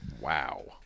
Wow